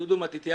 אני דודו מתתיהו,